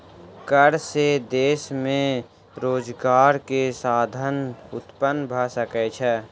कर से देश में रोजगार के साधन उत्पन्न भ सकै छै